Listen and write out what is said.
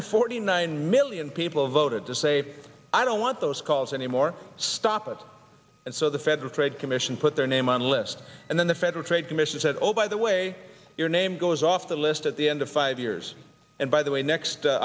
forty nine million people voted to say i don't want those calls anymore stop us and so the federal trade commission put their name on the list and then the federal trade commission said oh by the way your name goes off the list at the end of five years and by the way next